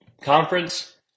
conference